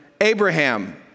Abraham